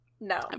no